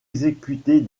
exécuter